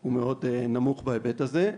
הוא מאוד נמוך בהיבט הזה.